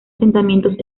asentamientos